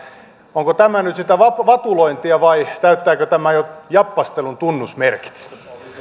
onko tämä nyt sitä vatulointia vai täyttääkö tämä jo jappaistelun tunnusmerkit